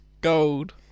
Gold